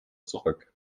zurück